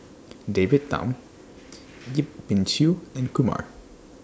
David Tham Yip Pin Xiu and Kumar